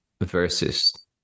versus